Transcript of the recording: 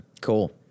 Cool